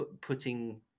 putting